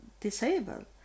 disabled